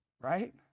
right